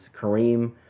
Kareem